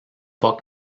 pas